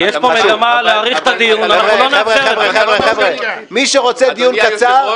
כי יש פה מגמה להאריך את הדיון --- מי שרוצה דיון קצר,